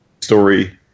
story